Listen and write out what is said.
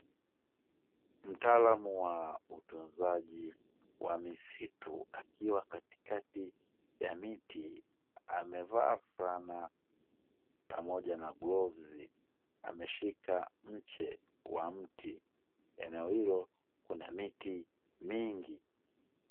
Mtaalamu wa utunzaji wa misitu, akiwa katikati ya miti amevaa fulana pamoja na glovzi, ameshika mche wa mti. Eneo hilo kuna miti mingi.